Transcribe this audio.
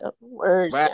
words